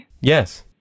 Yes